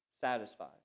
satisfied